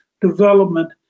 development